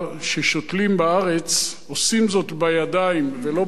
בארץ עושים זאת בידיים ולא במעדר,